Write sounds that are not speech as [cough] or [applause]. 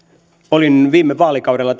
olin viime vaalikaudella [unintelligible]